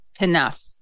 enough